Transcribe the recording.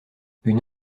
une